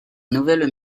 nouvelle